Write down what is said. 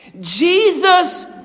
Jesus